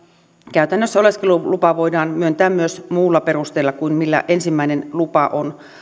käytännössä oleskelulupa voidaan myöntää myös muulla perusteella kuin millä ensimmäinen lupa on